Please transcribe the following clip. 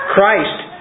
Christ